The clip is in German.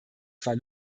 zwar